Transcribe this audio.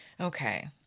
Okay